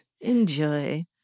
Enjoy